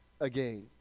again